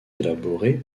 élaborés